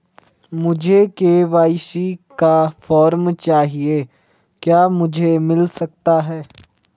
मुझे के.वाई.सी का फॉर्म चाहिए क्या मुझे मिल सकता है?